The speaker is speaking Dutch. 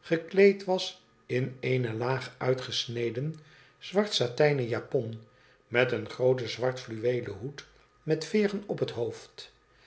gekleed was in eene laag uitgesneden zwart satijnen japon met een grooten zwart fluweelen hoed met veeren op het hoofd